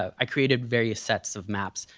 i created various sets of maps,